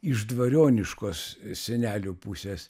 iš dvarioniškos senelių pusės